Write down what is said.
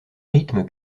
rythme